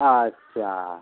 আচ্ছা